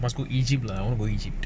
must go egypt lah what about egypt